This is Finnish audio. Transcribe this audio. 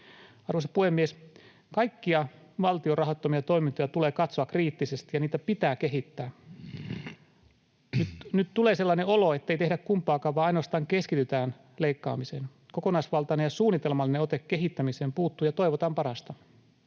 Arvoisa puhemies! Kaikkia valtion rahoittamia toimintoja tulee katsoa kriittisesti, ja niitä pitää kehittää. Nyt tulee sellainen olo, ettei tehdä kumpaakaan vaan ainoastaan keskitytään leikkaamiseen. Kokonaisvaltainen ja suunnitelmallinen ote kehittämiseen puuttuu, ja toivotaan parasta.